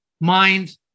mind